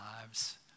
lives